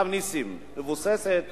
הרב נסים, מבוססת